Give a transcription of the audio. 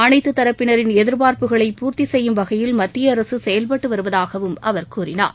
அனைத்து தரப்பினரின் எதிர்பார்ப்புகளை பூர்த்தி செய்யும் வகையில் மத்திய அரசு செயல்பட்டு வருவதாகவும் அவர் கூறினார்